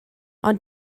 ond